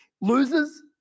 losers